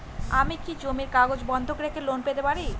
আমি কি জমির কাগজ বন্ধক রেখে লোন পেতে পারি?